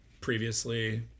previously